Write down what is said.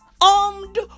Armed